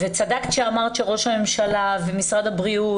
צדקת כאשר אמרת שראש הממשלה ומשרד הבריאות,